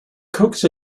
coax